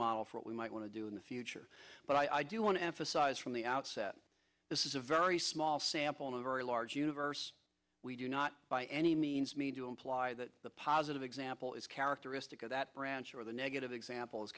model for what we might want to do in the future but i do want to emphasize from the outset this is a very small sample a very large universe we do not by any means why that the positive example is characteristic of that branch or the negative examples